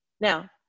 Now